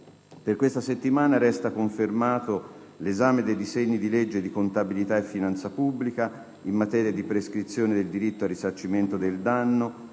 Per questa settimana resta confermato l'esame dei disegni di legge di contabilità e finanza pubblica, in materia di prescrizione del diritto al risarcimento del danno,